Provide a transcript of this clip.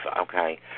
okay